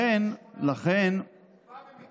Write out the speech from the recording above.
ומה קורה לאותו אחד בגיל 18,